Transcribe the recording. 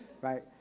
right